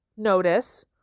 notice